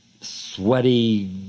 sweaty